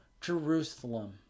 Jerusalem